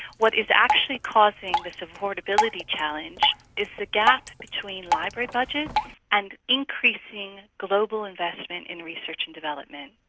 what is actually causing the supportability challenge is the gap between library budgets and increasing global investment in research and development.